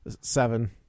seven